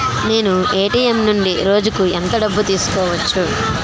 నేను ఎ.టి.ఎం నుండి రోజుకు ఎంత డబ్బు తీసుకోవచ్చు?